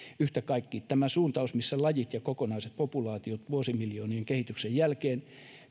yhtä kaikki tämä suuntaus missä lajit ja kokonaiset populaatiot vuosimiljoonien kehityksen jälkeen